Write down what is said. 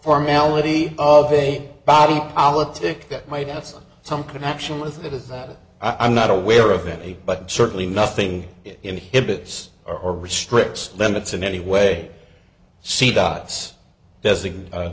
formality of a body politic that might have some connection with it is that i'm not aware of any but certainly nothing inhibits or restricts limits in any way see